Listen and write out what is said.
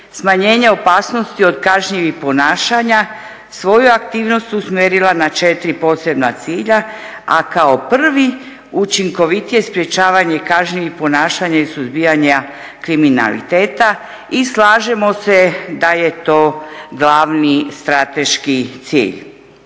smanjenje opasnosti od kažnjivih ponašanja, svoju aktivnost usmjerila na 4 posebna cilja, a kao prvi učinkovitije sprječavanje kažnjivih ponašanja i suzbijanja kriminaliteta i slažemo da je to glavni strateški cilj.